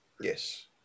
Yes